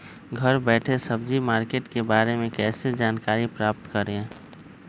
घर बैठे सब्जी मार्केट के बारे में कैसे जानकारी प्राप्त करें?